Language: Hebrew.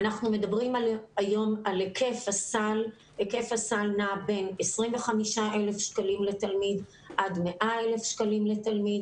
היום היקף הסל בין 25,000 שקלים לתלמיד עד 100,000 שקלים לתלמיד